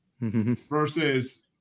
versus